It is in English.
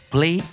Play